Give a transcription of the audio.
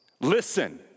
listen